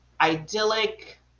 idyllic